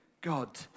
God